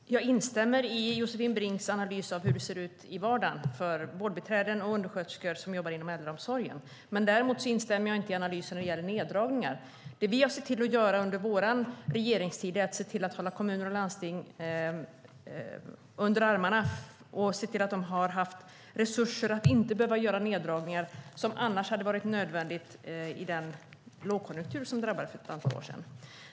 Herr talman! Jag instämmer i Josefin Brinks analys av hur det ser ut i vardagen för vårdbiträden och undersköterskor som jobbar inom äldreomsorgen. Däremot instämmer jag inte i analysen när det gäller neddragningar. Det vi har gjort under vår regeringstid har varit att se till att hålla kommuner och landsting under armarna så att de haft resurser att inte behöva göra neddragningar som annars hade varit nödvändiga i den lågkonjunktur som drabbade oss för ett antal år sedan.